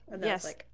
Yes